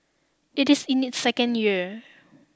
it is in its second year